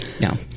no